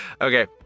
Okay